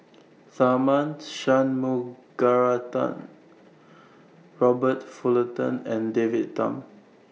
Tharman Shanmugaratnam Robert Fullerton and David Tham